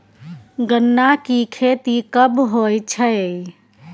गन्ना की खेती कब होय छै?